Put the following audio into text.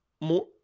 more